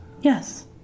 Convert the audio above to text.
Yes